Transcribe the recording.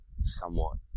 somewhat